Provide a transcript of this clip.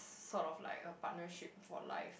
sort of like a partnership for life